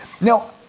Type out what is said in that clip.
Now